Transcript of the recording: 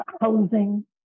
housing